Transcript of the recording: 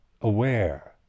aware